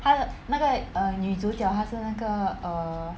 他的那个 err 女主角她是那个 err